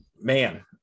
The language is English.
man